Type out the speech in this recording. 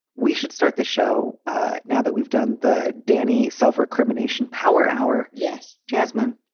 we should start the show now that we've done the danny self recrimination power hour. yes. jasmine,